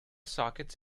sockets